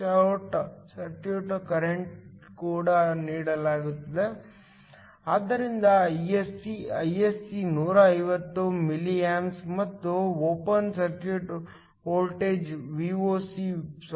short circuit current ಕೂಡ ನೀಡಲಾಗಿದೆ ಆದ್ದರಿಂದ Isc Isc 150 ಮಿಲಿಯಾಂಪ್ಸ್ ಮತ್ತು ಓಪನ್ ಸರ್ಕ್ಯೂಟ್ ವೋಲ್ಟೇಜ್ Voc 0